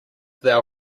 thou